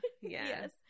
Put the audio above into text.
yes